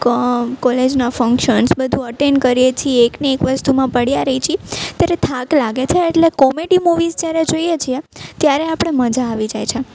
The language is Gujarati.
કામ કોલેજના ફંકશન્સ બધું અટેન્ડ કરીએ છીએ એકને એક વસ્તુમાં પડ્યા રહી છીએ ત્યારે થાક લાગે છે એટલે કોમેડી મુવીઝ જયારે જોઈએ છીએ ત્યારે આપણે મજા આવી જાય છે